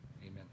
amen